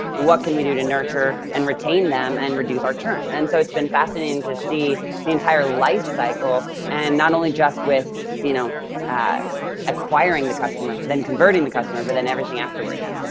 what can we do to nurture and retain them and reduce our turn? and so it's been fascinating to see the entire life cycle and not only just with you know acquiring the customer, then converting the customer, but then everything afterwards.